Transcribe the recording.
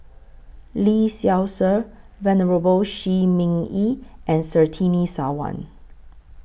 Lee Seow Ser Venerable Shi Ming Yi and Surtini Sarwan